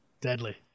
deadly